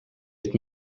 het